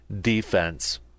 defense